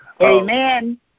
Amen